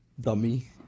dummy